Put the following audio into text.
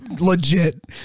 legit